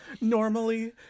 Normally